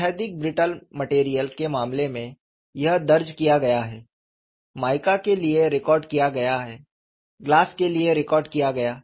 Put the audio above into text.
अत्यधिक brittle material के मामले में यह दर्ज किया गया है माइका के लिए रिकॉर्ड किया गया ग्लास के लिए रिकॉर्ड किया गया